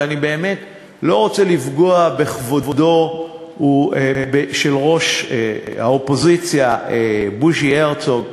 ואני באמת לא רוצה לפגוע בכבודו של ראש האופוזיציה בוז'י הרצוג,